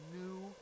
new